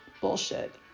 Bullshit